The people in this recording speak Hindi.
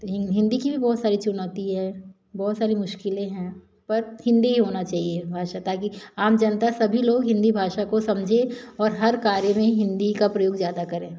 हिन्दी की भी बहुत सारी चुनौती है बहुत सारी मुश्किलें हैं पर हिन्दी ही होना चाहिए भाषा ताकि आम जनता सभी लोग हिन्दी भाषा को समझें और हर कार्य में हिन्दी का प्रयोग ज़्यादा करें